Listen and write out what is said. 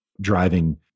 driving